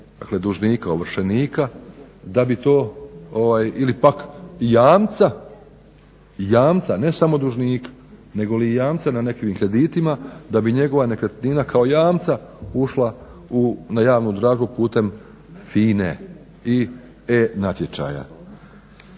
dakle dužnika, ovršenika da bi to pak jamca ne samo dužnika, nego li jamca na nekakvim kreditima da bi njegova nekretnina kao jamca ušla na javnu dražbu putem FINA-e i e-natječaja.